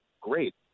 great